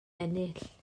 ennill